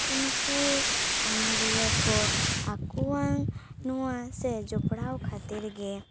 ᱱᱩᱠᱩ ᱱᱩᱠᱩ ᱚᱱᱚᱲᱦᱤᱭᱟᱹ ᱠᱚ ᱟᱠᱚᱣᱟᱜ ᱱᱚᱶᱟ ᱥᱮ ᱡᱚᱯᱚᱲᱟᱣ ᱠᱷᱟᱹᱛᱤᱨ ᱜᱮ